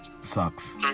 Sucks